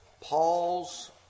Paul's